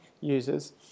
users